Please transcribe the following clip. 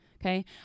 Okay